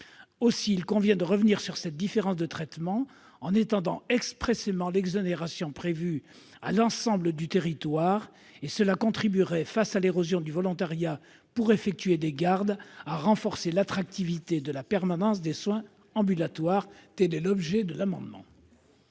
Aussi, il convient de revenir sur cette différence de traitement en étendant expressément l'exonération prévue à l'ensemble du territoire. Cette extension contribuerait, face à l'érosion du volontariat pour effectuer des gardes, à renforcer l'attractivité de la permanence des soins ambulatoires. Quel est l'avis de la